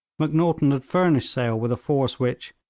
macnaghten had furnished sale with a force which,